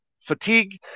fatigue